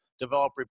develop